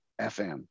FM